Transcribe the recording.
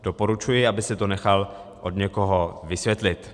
Doporučuji, aby si to nechal od někoho vysvětlit.